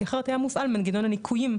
כי אחרת היה מופעל מנגנון הניכויים,